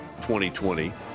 2020